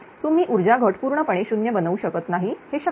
तुम्ही ऊर्जा घट पूर्णपणे 0 बनवू शकत नाही हे शक्य नाही